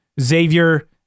Xavier